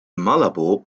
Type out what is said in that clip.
malabo